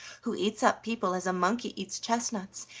who eats up people as a monkey eats chestnuts,